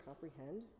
comprehend